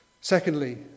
Secondly